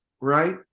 right